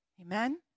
Amen